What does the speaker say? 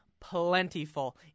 plentiful